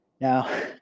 Now